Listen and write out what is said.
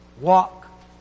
Walk